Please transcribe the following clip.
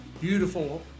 beautiful